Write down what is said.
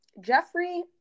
Jeffrey